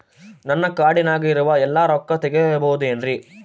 ನನ್ನ ಕಾರ್ಡಿನಾಗ ಇರುವ ಎಲ್ಲಾ ರೊಕ್ಕ ತೆಗೆಯಬಹುದು ಏನ್ರಿ?